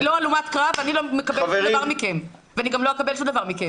אני לא הלומת קרב ואני לא מקבלת דבר מכם ואני גם לא אקבל שום דבר מכם.